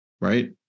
Right